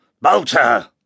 Bolter